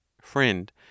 FRIEND